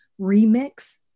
remix